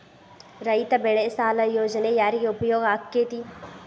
ರೈತ ಬೆಳೆ ಸಾಲ ಯೋಜನೆ ಯಾರಿಗೆ ಉಪಯೋಗ ಆಕ್ಕೆತಿ?